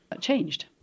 changed